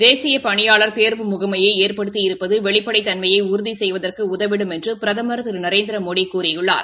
தேசிய தேர்வு முகமைய உருவாக்கி இருப்பது வெளிப்படைத் தன்மையை உறுதி செய்வதற்கு உதவிடும் என்று பிரதமர் திரு நரேந்திர மோடி கூறியுள்ளார்